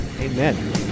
Amen